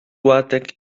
łatek